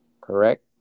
correct